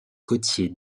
côtier